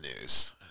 news